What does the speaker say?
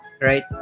right